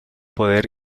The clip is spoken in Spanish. poder